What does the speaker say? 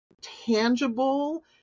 tangible